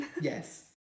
Yes